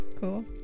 cool